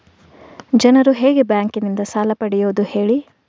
ಜನರು ಹೇಗೆ ಬ್ಯಾಂಕ್ ನಿಂದ ಸಾಲ ಪಡೆಯೋದು ಹೇಳಿ